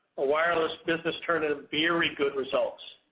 ah wireless business turned in ah very good results.